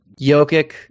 Jokic